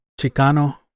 Chicano